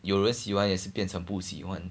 有人喜欢也是变成不喜欢